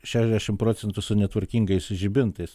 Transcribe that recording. šešdešim procentų su netvarkingais žibintais